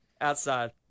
outside